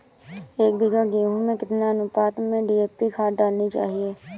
एक बीघे गेहूँ में कितनी अनुपात में डी.ए.पी खाद डालनी चाहिए?